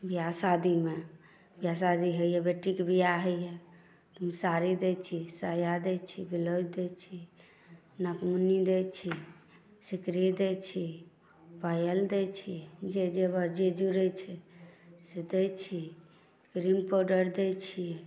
ब्याह शादीमे ब्याह शादी होइए बेटीके ब्याह होइए ताहिमे साड़ी दैत छी साया दै छी ब्लाउज दैत छी नकमुन्नी दैत छी सिकड़ी दै छी पायल दै छी जे जेवर जे जुड़ैत छै से दैत छी क्रीम पाउडर दैत छी